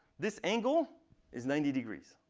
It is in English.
this angle is ninety degrees,